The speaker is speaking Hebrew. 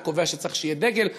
אתה קובע שצריך שיהיה דגל,